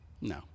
No